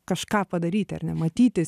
kažką padaryti ar ne matytis